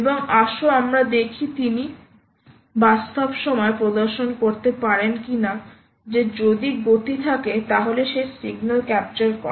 এবং আসো আমরা দেখি তিনি বাস্তব সময়ে প্রদর্শন করতে পারেন কিনা যে যদি গতি থাকে তাহলে সেই সিগন্যাল ক্যাপচার করা